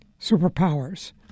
superpowers